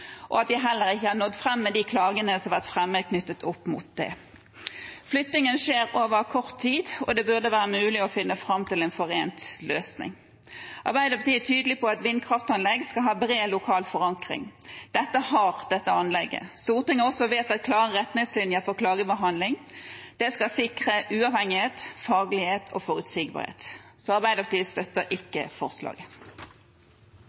og at de heller ikke har nådd fram med de klagene som har vært fremmet knyttet til det. Flyttingen skjer over kort tid, og det burde være mulig å finne fram til en omforent løsning. Arbeiderpartiet er tydelig på at vindkraftanlegg skal ha bred lokal forankring. Det har dette anlegget. Stortinget har også vedtatt klare retningslinjer for klagebehandling. Det skal sikre uavhengighet, faglighet og forutsigbarhet. Så Arbeiderpartiet støtter